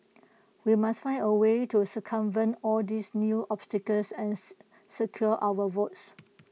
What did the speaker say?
we must find A way to circumvent all these new obstacles and secure our votes